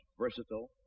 versatile